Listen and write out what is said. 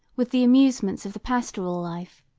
with the amusements of the pastoral life,